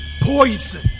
poison